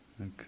Okay